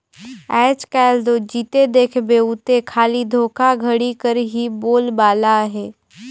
आएज काएल दो जिते देखबे उते खाली धोखाघड़ी कर ही बोलबाला अहे